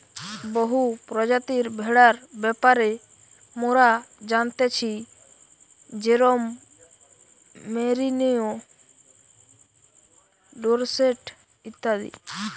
বহু প্রজাতির ভেড়ার ব্যাপারে মোরা জানতেছি যেরোম মেরিনো, ডোরসেট ইত্যাদি